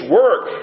work